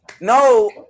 No